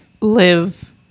live